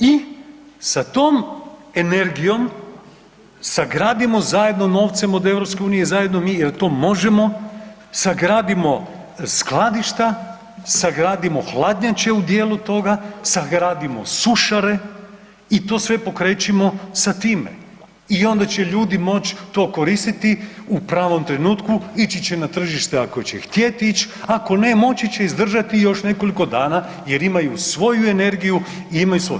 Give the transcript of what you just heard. I sa tom energijom sagradimo zajedno novcem od EU, zajedno mi jer to možemo, sagradimo skladišta, sagradimo hladnjače u dijelu toga, sagradimo sušare i to sve pokrećimo sa time i onda će ljudi moć to koristiti u pravom trenutku, ići će na tržište ako će htjeti ići, ako ne moći će izdržati još nekoliko dana jer imaju svoju energiju i imaju svoje.